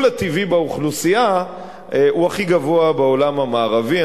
הטבעי באוכלוסייה שלה הוא הכי גבוה בעולם המערבי,